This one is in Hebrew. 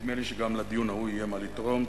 ונדמה לי שגם לדיון ההוא יהיה מה לתרום.